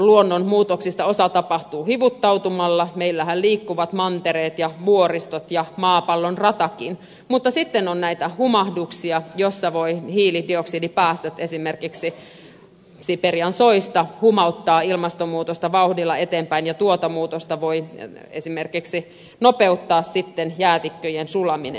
luonnon muutoksista osa tapahtuu hivuttautumalla meillähän liikkuvat mantereet ja vuoristot ja maapallon ratakin mutta sitten on näitä humahduksia joissa voivat hiilidioksidipäästöt esimerkiksi siperian soista humauttaa ilmastonmuutosta vauhdilla eteenpäin ja tuota muutosta voi sitten nopeuttaa esimerkiksi jäätikköjen sulaminen